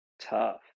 tough